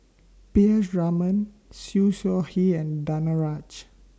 P S Raman Siew Shaw Her and Danaraj